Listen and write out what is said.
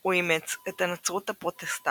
הוא אימץ את הנצרות הפרוטסטנטית.